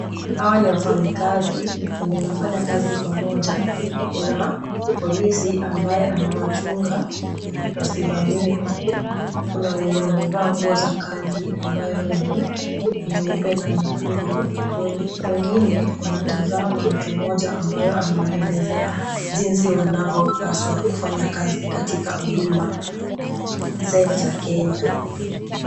Hawa ni wafanyikazi, wenye wanafanya kazi pamoja, kuna polisi ambaye anawachunga wasivamiwe. Kuna wenye wamevaa nguo ya kazi ambayo ni nyeupe na nyekundu. Wengine wanatazama mtu mmoja ambaye anawaelezea jinsi wanavyopaswa kufanya kazi katika huduma centre Kenya.